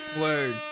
Word